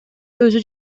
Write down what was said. өзү